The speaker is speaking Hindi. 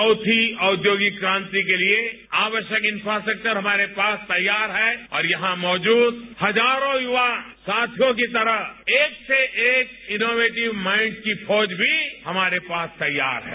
चौथी औद्योगिक क्रांति के लिए आकश्यक इन्क्रास्ट्रचर हमारे पास तैयार है और यहां मौजूद हजारों युवा साथियों की तरह एक से एक इनोवेटिव माइंड्स की फौज भी हमारे पास तैयार है